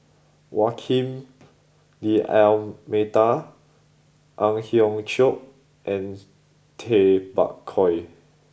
Joaquim D'almeida Ang Hiong Chiok and Tay Bak Koi